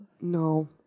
No